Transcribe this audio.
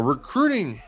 Recruiting